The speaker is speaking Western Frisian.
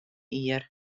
jier